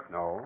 no